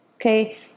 Okay